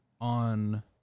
on